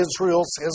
Israel's